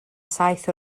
saith